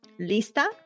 Lista